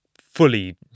fully